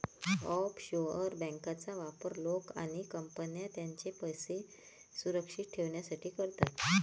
offshore बँकांचा वापर लोक आणि कंपन्या त्यांचे पैसे सुरक्षित ठेवण्यासाठी करतात